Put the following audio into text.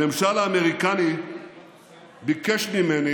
הממשל האמריקני ביקש ממני